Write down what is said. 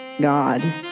God